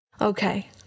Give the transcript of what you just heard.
Okay